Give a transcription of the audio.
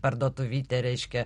parduotuvytė reiškia